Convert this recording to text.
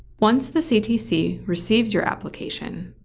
once the ctc receives your application,